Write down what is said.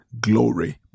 Glory